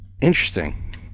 Interesting